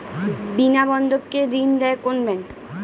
বিনা বন্ধক কে ঋণ দেয় কোন ব্যাংক?